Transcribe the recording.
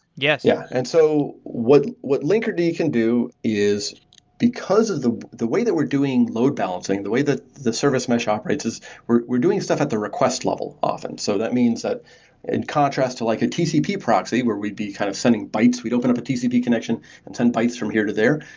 yes. yeah and so what what linkerd can do is because of the the way that we're doing load balancing, the way that the service mesh operates is we're doing stuff at the request level often. so that means that in contrast to like a tcp proxy where we'd be kind of sending bites, we'd open up a tcp connection and send bites from here to there.